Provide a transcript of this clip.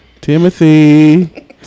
Timothy